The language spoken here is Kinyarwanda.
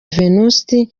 venuste